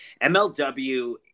mlw